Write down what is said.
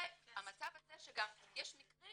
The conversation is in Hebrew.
והמצב הזה שגם יש מקרים